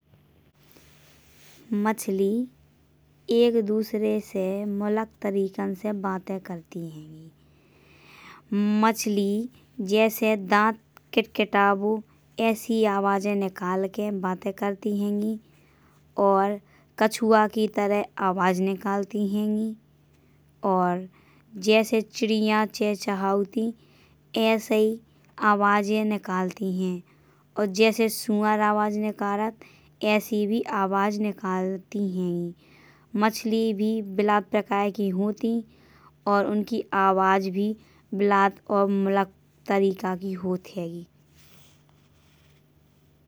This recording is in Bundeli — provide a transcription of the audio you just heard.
मछली एक दूसरे से मुलाक तरीकन से बातें करती हैंगी। मछली जैसे दांत कितकिताबो ऐसी आवाजें निकालके बातें करती हैंगी। और कछुआ के तरह आवाज निकाती हैंगी। और जैसे चिड़ियां चहचहाती ऐसैई आवाजें निकालती हैं। और जैसे सुअर आवाज निकालत ऐसे भी आवाजें निकालती हैंगी। मछली भी बिलात प्रकार की होती। और उनकी आवाजें भी बिलात और मुलाक तरीक का ही होता हैंगी।